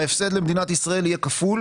ההפסד למדינת ישראל יהיה כפול.